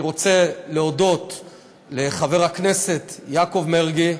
אני רוצה להודות לחבר הכנסת יעקב מרגי,